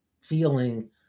feeling